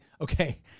okay